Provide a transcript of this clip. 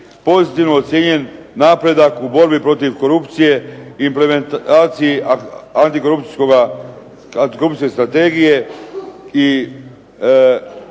pozitivno ocijenjen napredak u borbi protiv korupcije, implementaciji Antikorupcijske strategije i